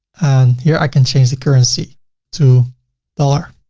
and here i can change the currency to dollar.